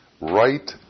right